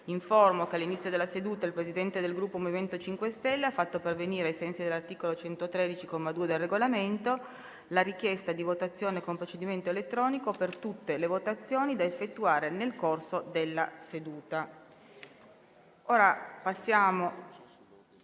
che all'inizio della seduta il Presidente del Gruppo MoVimento 5 Stelle ha fatto pervenire, ai sensi dell'articolo 113, comma 2, del Regolamento, la richiesta di votazione con procedimento elettronico per tutte le votazioni da effettuare nel corso della seduta. La richiesta